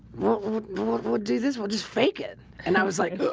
whoa what would do this? we'll just fake it, and i was like good